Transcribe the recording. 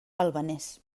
albanès